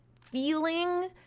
feeling